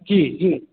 जी जी